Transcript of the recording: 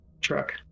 truck